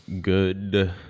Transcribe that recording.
good